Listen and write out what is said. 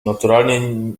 naturalnie